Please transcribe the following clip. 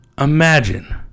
imagine